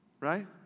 Right